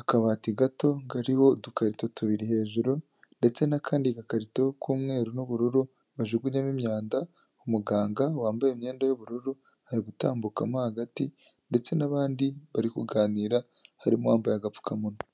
akabati gato kariho udukarito tubiri hejuru ndetse n'akandi gakarito k'umweru n'ubururu bajugunyamo imyanda, umuganga wambaye imyenda y'ubururu hari gutambukamo hagati ndetse n'abandi bari kuganira harimoambaye agapfukamunwa.